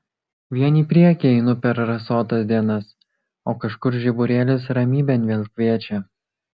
vien į priekį einu per rasotas dienas o kažkur žiburėlis ramybėn vėl kviečia